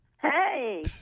Hey